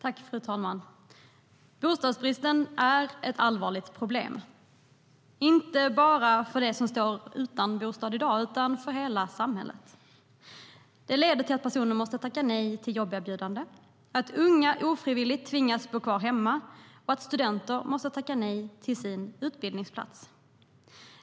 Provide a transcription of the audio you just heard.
Fru talman! Bostadsbristen är ett allvarligt problem, inte bara för den som i dag står utan bostad utan för hela samhället. Det leder till att personer måste nej till jobberbjudanden, att unga ofrivilligt tvingas bo kvar hemma och att studenter måste tacka nej till sin utbildningsplats.